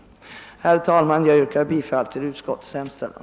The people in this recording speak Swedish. Herr talman! Jag ber att få yrka bifall till utskottets hemställan.